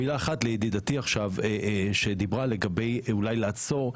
מילה אחת לידידתי שדיברה על אולי לעצור.